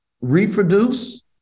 reproduce